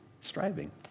striving